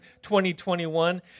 2021